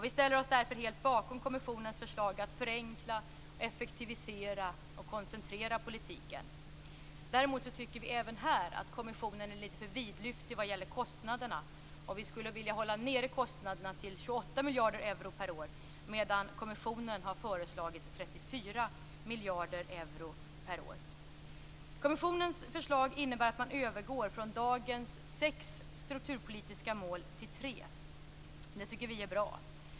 Vi ställer oss därför helt bakom kommissionens förslag att förenkla, effektivisera och koncentrera politiken. Däremot tycker vi även här att kommissionen är lite för vidlyftig vad gäller kostnaderna. Vi skulle vilja hålla nere kostnaderna till 28 miljarder euro per år, medan kommissionen har föreslagit 34 miljarder euro per år. Kommissionens förslag innebär att man övergår från dagens sex strukturpolitiska mål till tre. Det tycker vi är bra.